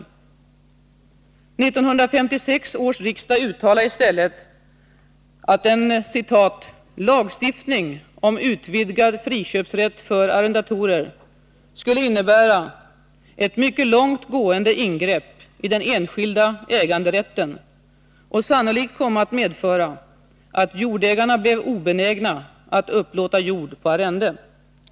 1956 års riksdag uttalade i stället att ”en lagstiftning om utvidgad friköpsrätt för arrendatorer skulle innebära ett mycket långt gående ingrepp i den enskilda äganderätten och sannolikt komma att medföra, att jordägarna blev obenägna att upplåta jord på arrende”.